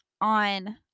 on